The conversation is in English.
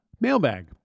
Mailbag